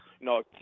No